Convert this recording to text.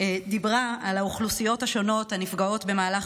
דיברה על האוכלוסיות השונות הנפגעות במהלך